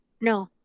No